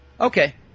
Okay